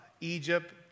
Egypt